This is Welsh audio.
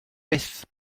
byth